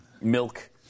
milk